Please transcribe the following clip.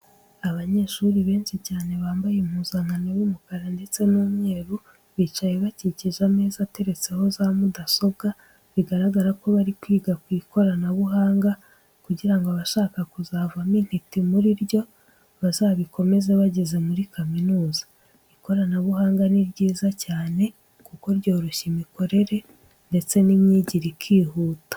Abanyeshuri benshi cyane bambaye impuzankano y'umukara ndetse n'umweru, bicaye bakikije ameza ateretseho za mudasobwa bigaragara ko bari kwigira ku ikoranabuhanga kugira ngo abashaka kuzavamo intiti muri ryo bazabikomeze bageze muri kaminuza. Ikoranabuhanga ni ryiza cyane kuko ryoroshya imikorere ndetse n'imyigire ikihuta.